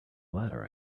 ladder